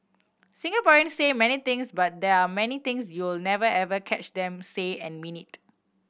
Singaporeans say many things but there are many things you'll never ever catch them say and mean it